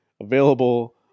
available